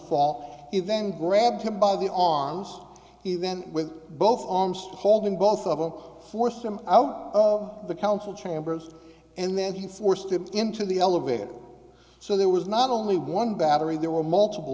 fall he then grabbed him by the arms he then with both arms holding both of them forced him out the council chambers and then he forced him into the elevator so there was not only one battery there were multiple